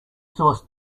source